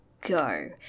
go